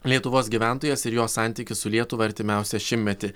lietuvos gyventojas ir jo santykis su lietuva artimiausią šimtmetį